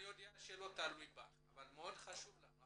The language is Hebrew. אני יודע שזה לא תלוי בך אבל זה מאוד חשוב לנו,